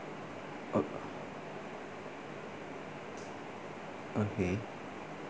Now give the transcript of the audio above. oh okay